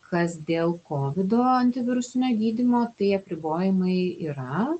kas dėl kovido antivirusinio gydymo tai apribojimai yra